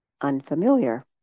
unfamiliar